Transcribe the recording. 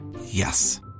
Yes